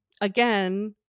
again